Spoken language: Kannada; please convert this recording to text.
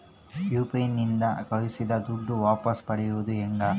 ಯು.ಪಿ.ಐ ನಿಂದ ಕಳುಹಿಸಿದ ದುಡ್ಡು ವಾಪಸ್ ಪಡೆಯೋದು ಹೆಂಗ?